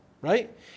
Right